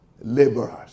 laborers